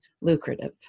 lucrative